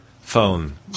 phone